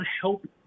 help